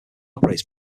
operates